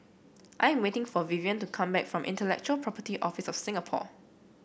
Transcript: I am waiting for Vivian to come back from Intellectual Property Office of Singapore